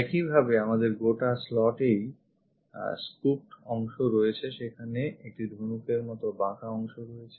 একইভাবে আমাদের গোটা slotএ ই scooped out অংশ রয়েছে সেখানে একটি ধনুকের মতো বাকা অংশ রয়েছে